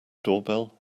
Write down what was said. doorbell